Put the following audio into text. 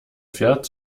fährt